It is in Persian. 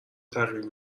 تغییر